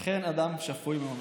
אכן, אדם שפוי וממלכתי.